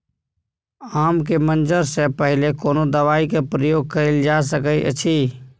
आम के मंजर से पहिले कोनो दवाई के प्रयोग कैल जा सकय अछि?